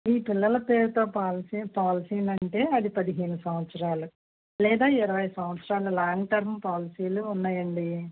మీ పిల్లల పేరుతో పాలసీ పాలసీలు అంటే అది పదిహేను సంవత్సరాలు లేదా ఇరవై సంవత్సరాల లాంగ్ టర్మ్ పాలసీలు ఉన్నాయండి